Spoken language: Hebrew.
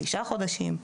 תשעה חודשים.